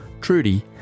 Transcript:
Trudy